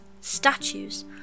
Statues